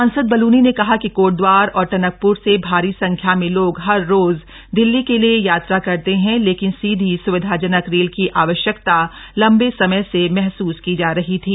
सांसद बलूनी ने कहा कि कोटदवार और टनकप्र से भारी संख्या में लोग हर रोज दिल्ली के लिए यात्रा करते हैं लेकिन सीधी स्विधाजनक रेल की आवश्यकता लंबे समय से महसूस की जा रही थी